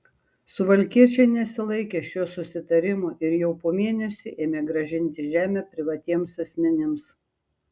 suvalkiečiai nesilaikė šio susitarimo ir jau po mėnesio ėmė grąžinti žemę privatiems asmenims